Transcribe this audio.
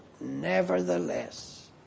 Nevertheless